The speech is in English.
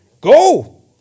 Go